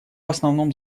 основном